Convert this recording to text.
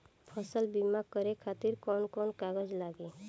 फसल बीमा करे खातिर कवन कवन कागज लागी?